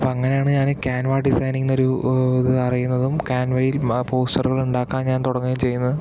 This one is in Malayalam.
അപ്പം അങ്ങനെയാണ് ഞാൻ ക്യാൻവാ ഡിസൈനിങ്ങെന്നൊരു ഇത് അറിയുന്നതും ക്യാൻവയിൽ പോസ്റ്ററുകൾ ഉണ്ടാക്കാൻ ഞാൻ തുടങ്ങുകയും ചെയ്യുന്നത്